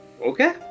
Okay